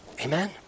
Amen